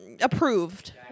approved